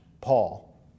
Paul